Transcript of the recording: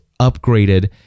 upgraded